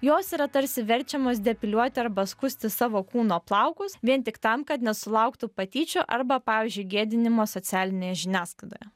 jos yra tarsi verčiamos depiliuoti arba skusti savo kūno plaukus vien tik tam kad nesulauktų patyčių arba pavyzdžiui gėdinimo socialinėje žiniasklaidoje